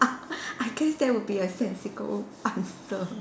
I guess that would be a sensical answer